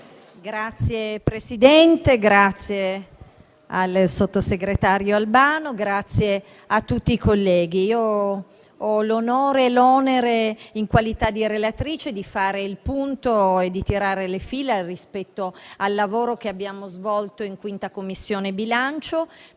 Presidente, ringrazio il sottosegretario Albano e tutti i colleghi. Ho l'onore e l'onere, in qualità di relatrice, di fare il punto e di tirare le fila rispetto al lavoro che abbiamo svolto in 5a Commissione bilancio,